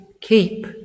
keep